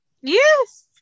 yes